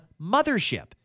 mothership